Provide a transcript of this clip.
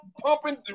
pumping